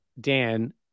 Dan